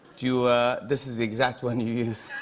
you this is the exact one you used